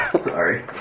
Sorry